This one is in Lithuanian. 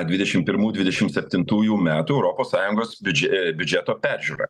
dvidešim pirmų dvidešim septintųjų metų europos sąjungos biudže biudžeto peržiūra